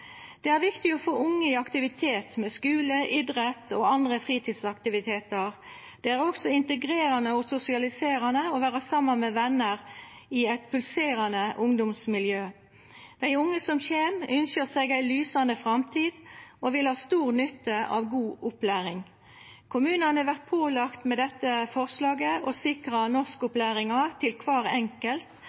Det er viktig å få unge i aktivitet med skule, idrett og andre fritidsaktivitetar. Det er også integrerande og sosialiserande å vera saman med vener i eit pulserande ungdomsmiljø. Dei unge som kjem, ynskjer seg ei lysande framtid og vil ha stor nytte av god opplæring. Kommunane vert ved dette forslaget pålagde å sikra norskopplæringa til kvar enkelt